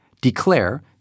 Declare